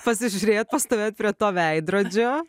pasižiūrėjot pastovėjot prie to veidrodžio